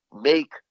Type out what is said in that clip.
make